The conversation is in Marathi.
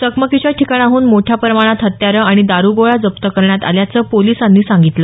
चकमकीच्या ठिकाणाहून मोठ्या प्रमाणात हत्यारं आणि दारुगोळा जप्त करण्यात आल्याचं पोलिसांनी सांगितलं